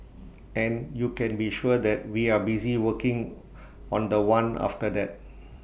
and you can be sure that we are busy working on The One after that